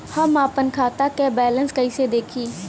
हम आपन खाता क बैलेंस कईसे देखी?